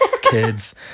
kids –